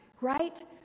right